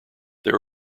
there